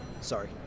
sorry